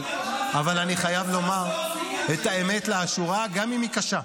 אבל אני חייב לומר את האמת לאשורה גם אם היא קשה.